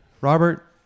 Robert